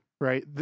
Right